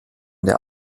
der